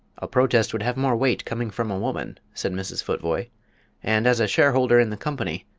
a protest would have more weight coming from a woman, said mrs. futvoye and, as a shareholder in the company,